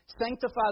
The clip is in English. Sanctify